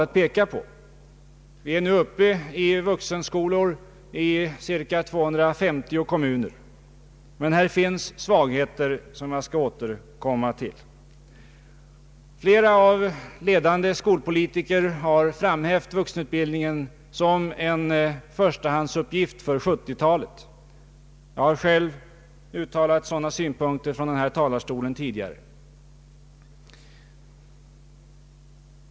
Vi har nu vuxenskolor i cirka 250 kommuner, men det finns svagheter som jag skall återkomma till. Flera ledande skolpolitiker har framhävt vuxenutbildningen som en förstahandsuppgift för 1970-talet. även jag har tillåtit mig uttala sådana synpunkter tidigare, bl.a. från denna talarstol.